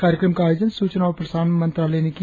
कार्यक्रम का आयोजन सूचना और प्सारण मंत्रालय ने किया